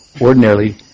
ordinarily